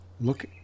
Look